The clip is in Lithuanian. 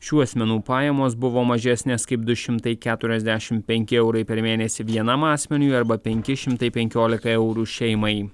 šių asmenų pajamos buvo mažesnės kaip du šimtai keturiasdešimt penki eurai per mėnesį vienam asmeniui arba penki šimtai penkiolika eurų šeimai